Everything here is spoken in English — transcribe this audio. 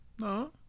No